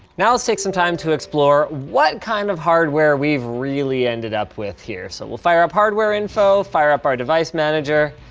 now let's take some time to explore what kind of hardware we've really ended up with here. so we'll fire up hardware info, fire up our device manager,